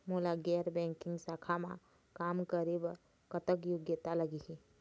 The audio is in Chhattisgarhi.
मोला गैर बैंकिंग शाखा मा काम करे बर कतक योग्यता लगही?